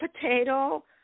potato